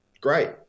great